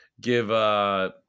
give